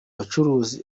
bacuruza